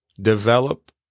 develop